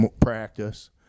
practice